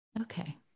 Okay